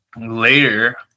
later